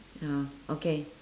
ya okay